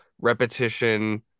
repetition